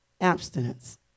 abstinence